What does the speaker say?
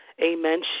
Amen